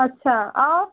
अच्छा और